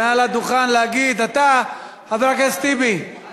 מעל הדוכן, להגיד, חבר הכנסת טיבי, אני